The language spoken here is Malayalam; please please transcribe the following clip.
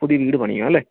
പുതിയ വീട് പണീയുകയാണ് അല്ലേ